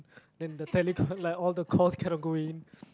then the tele~ like all the course cannot go in